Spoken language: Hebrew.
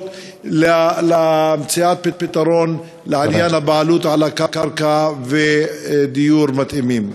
למציאת פתרון לעניין הבעלות על הקרקע ודיור מתאים.